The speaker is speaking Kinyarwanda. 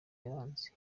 yaranze